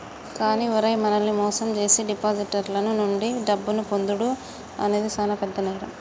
కానీ ఓరై మనల్ని మోసం జేసీ డిపాజిటర్ల నుండి డబ్బును పొందుడు అనేది సాన పెద్ద నేరం